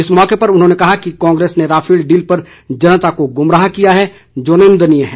इस मौके उन्होंने कहा कि कांग्रेस ने राफेल डील पर जनता को गुमराह किया है जो निंदनीय है